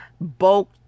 bulk